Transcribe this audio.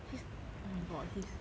his oh my god his